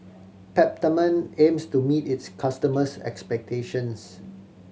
Peptamen aims to meet its customers' expectations